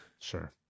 Sure